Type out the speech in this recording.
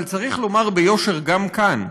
אבל צריך לומר ביושר גם כאן: